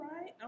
right